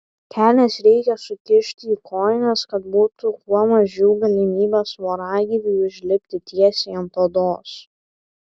kelnes reikia sukišti į kojines kad būtų kuo mažiau galimybės voragyviui užlipti tiesiai ant odos